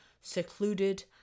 secluded